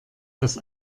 das